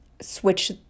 switch